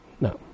No